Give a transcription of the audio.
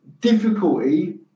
difficulty